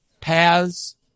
paths